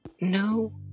No